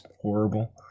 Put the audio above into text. horrible